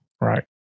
Right